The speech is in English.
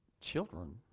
children